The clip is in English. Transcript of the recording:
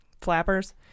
Flappers